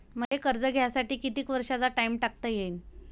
मले कर्ज घ्यासाठी कितीक वर्षाचा टाइम टाकता येईन?